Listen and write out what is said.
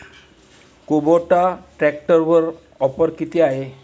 Kubota ट्रॅक्टरवर offer किती आहे?